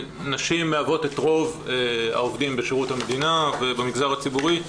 נשים מהוות את רוב העובדים בשירות המדינה ובמגזר הציבורי,